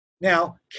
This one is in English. Now